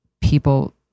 people